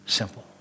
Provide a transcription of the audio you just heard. simple